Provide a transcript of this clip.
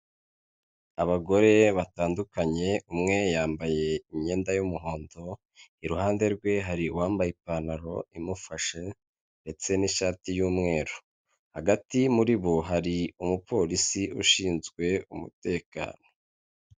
Abagore batandukanye umwe yambaye imyenda y'umuhondo, iruhande rwe hari uwambaye ipantaro imufashe ndetse n'ishati y'umweru, hagati muri bo hari umupolisi ushinzwe umutekano.